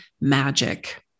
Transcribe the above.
magic